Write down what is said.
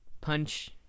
punch